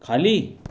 खाली